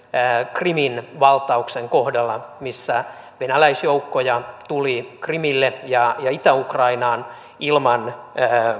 krimin valtauksen kohdalla missä venäläisjoukkoja tuli krimille ja itä ukrainaan ilman